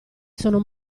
sono